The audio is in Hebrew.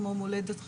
כמו מולדת,